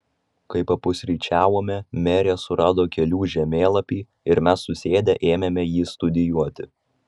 kai papusryčiavome merė surado kelių žemėlapį ir mes susėdę ėmėme jį studijuoti